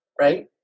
right